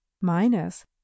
minus